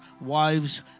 wives